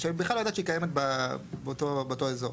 שבכלל לא ידעת שהיא קיימת באותו אזור?